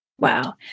Wow